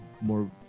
more